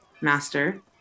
Master